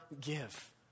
give